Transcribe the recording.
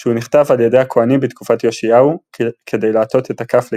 שהוא נכתב על ידי הכהנים בתקופת יאשיהו כדי להטות את הכף לכיוונם.